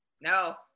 no